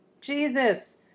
Jesus